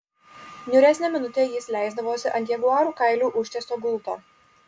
niūresnę minutę jis leisdavosi ant jaguarų kailiu užtiesto gulto